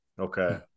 Okay